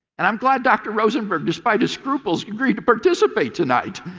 and um glad dr. rosenberg, despite his scruples, agreed to participate tonight!